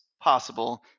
possible